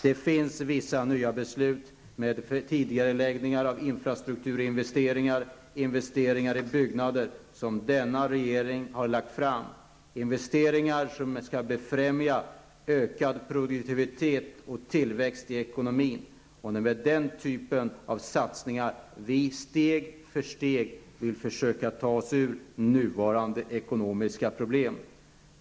Det finns vissa nya beslut om tidigareläggningar av infrastrukturinvesteringar, investeringar i byggnader, som denna regering har lagt fram och som skall befrämja ökad produktivitet och tillväxt i ekonomin. Det är med den typen av satsningar som vi steg för steg vill försöka ta oss ur nuvarande ekonomiska problem.